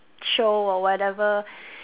show or whatever